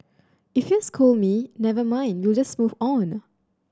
if you scold me never mind we'll just move on